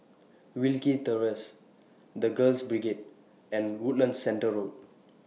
Wilkie Terrace The Girls Brigade and Woodlands Centre Road